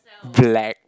black